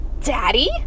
Daddy